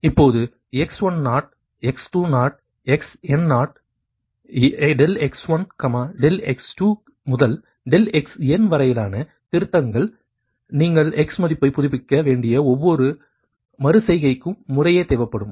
இப்போது x10 x20 xn0 ∆x1 ∆x2 முதல் ∆xn வரையிலான திருத்தங்கள் நீங்கள் x மதிப்பைப் புதுப்பிக்க வேண்டிய ஒவ்வொரு மறு செய்கைக்கும் முறையே தேவைப்படும்